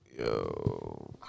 yo